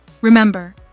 Remember